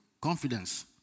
Confidence